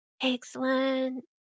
Excellent